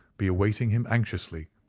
be awaiting him anxiously,